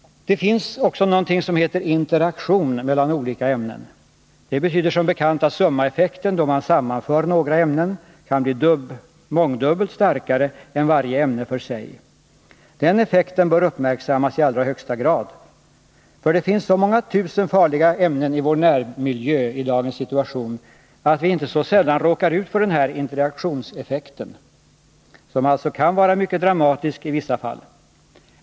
Det finns också något som heter interaktion mellan olika ämnen. Det betyder som bekant att summaeffekten, då man sammanför några ämnen, kan bli mångdubbelt starkare än för varje ämne för sig. Den effekten bör ' uppmärksammas i allra högsta grad. Det finns ju så många tusen farliga ämneni vår närmiljö i dagens situation att vi inte så sällan råkar ut för den här interaktionseffekten, som alltså kan vara mycket dramatisk i vissa fall.